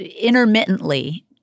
intermittently